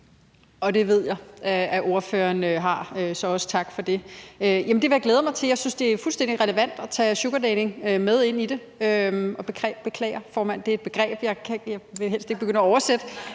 Det ved jeg også at ordføreren har, så også tak for det, og det vil jeg glæde mig til. Jeg synes, det er fuldstændig relevant at tage sugardating med ind i det, og jeg beklager, formand, men det er et begreb, og jeg vil helst ikke begynde at oversætte